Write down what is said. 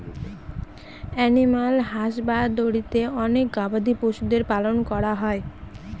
animal হাসবাদরীতে অনেক গবাদি পশুদের পালন করা হয়